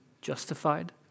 justified